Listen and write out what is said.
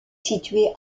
située